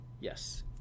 Yes